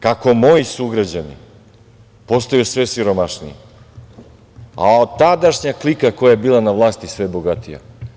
Kako moji sugrađani postaju sve siromašniji, a tadašnja klika koja je bila na vlasti sve bogatija.